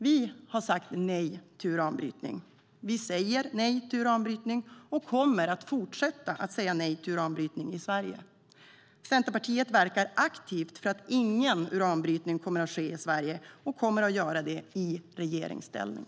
Vi har sagt nej till uranbrytning, vi säger nej till uranbrytning och vi kommer att fortsätta att säga nej till uranbrytning i Sverige. Centerpartiet verkar aktivt för att ingen uranbrytning kommer att ske i Sverige och kommer att göra det i regeringsställning.